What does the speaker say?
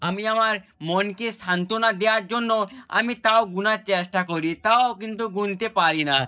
আমি আমার মনকে শান্তনা দেওয়ার জন্য আমি তাও গুনার চেষ্টা করি তাও কিন্তু গুনতে পারি না